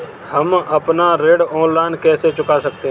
हम अपना ऋण ऑनलाइन कैसे चुका सकते हैं?